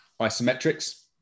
isometrics